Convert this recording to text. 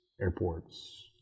airports